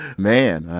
man,